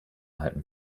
halten